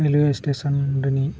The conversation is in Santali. ᱨᱮᱹᱞᱳᱭᱮ ᱥᱴᱮᱥᱚᱱ ᱨᱤᱱᱤᱡ